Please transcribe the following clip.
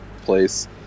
place